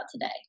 today